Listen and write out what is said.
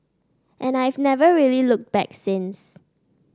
and I've never really looked back since